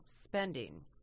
spending